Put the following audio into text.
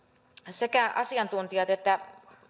sekä asiantuntijat että